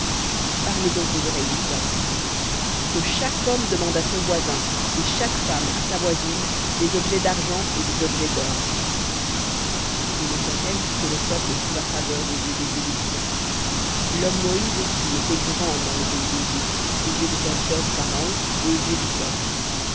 parle donc aux oreilles du peuple que chaque homme demande à son voisin et chaque femme à sa voisine des objets d'argent et des objets dor et l'éternel fit que le peuple trouva faveur aux yeux des égyptiens l'homme moïse aussi était très-grand dans le pays d'égypte aux yeux des serviteurs du pharaon et aux yeux du peuple